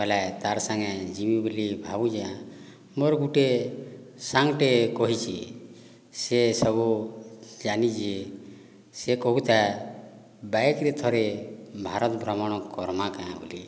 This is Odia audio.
ବୋଇଲେ ତା'ର ସାଙ୍ଗେ ଯିବି ବୋଲି ଭାବୁଛି ମୋର ଗୋଟିଏ ସାଙ୍ଗଟିଏ କହିଛି ସିଏ ସବୁ ଜାଣିଛି ସିଏ କହୁଥାଏ ବାଇକ୍ରେ ଥରେ ଭାରତ ଭ୍ରମଣ କରିବା କି ବୋଲି